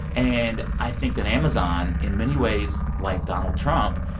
and i think that amazon, in many ways, like donald trump,